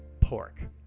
pork